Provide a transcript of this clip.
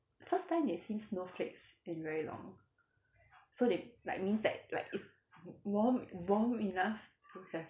first time they see snowflakes in very long so they like means that like it's warm warm enough to have